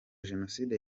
jenoside